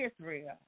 Israel